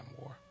War